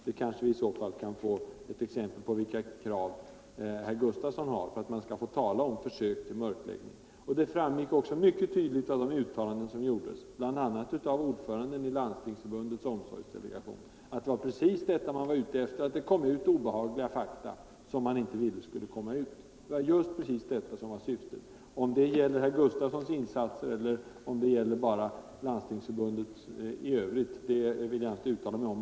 Vi kan kanske få reda på vilka krav herr Gustavsson har för att man skall få tala om försök till mörkläggning. Det framgick också mycket tydligt av de uttalanden som gjordes, bl.a. av ordföranden i Landstingsförbundets omsorgsdelegation, att det var precis detta man var ute efter — att man inte ville att obehagliga fakta skulle komma ut. Om det gäller herr Gustavssons insatser eller om det bara gäller Landstingsförbundet i övrigt, vill jag inte uttala mig om.